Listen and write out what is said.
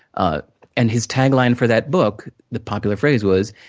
ah and, his tagline for that book, the popular phrase was,